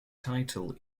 title